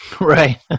Right